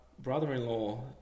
brother-in-law